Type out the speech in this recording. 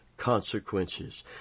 consequences